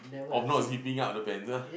of not zipping up the pants ah